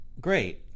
Great